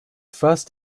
first